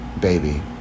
baby